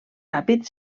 ràpid